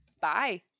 Bye